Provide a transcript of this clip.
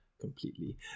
completely